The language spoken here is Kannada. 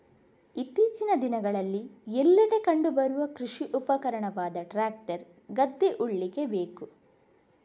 ಇತ್ತೀಚಿನ ದಿನಗಳಲ್ಲಿ ಎಲ್ಲೆಡೆ ಕಂಡು ಬರುವ ಕೃಷಿ ಉಪಕರಣವಾದ ಟ್ರಾಕ್ಟರ್ ಗದ್ದೆ ಉಳ್ಳಿಕ್ಕೆ ಬೇಕು